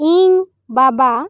ᱤᱧ ᱵᱟᱵᱟ